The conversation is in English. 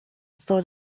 thought